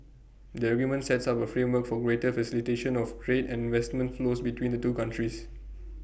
the agreement sets up A framework for greater facilitation of trade and investment flows between the two countries